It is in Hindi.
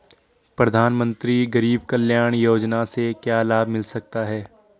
प्रधानमंत्री गरीब कल्याण योजना से क्या लाभ मिल सकता है?